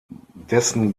dessen